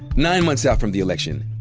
nine months out from the election,